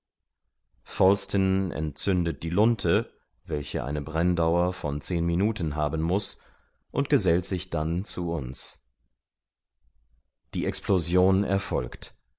falsten entzündet die lunte welche eine brenndauer von zehn minuten haben muß und gesellt sich dann zu uns die explosion erfolgt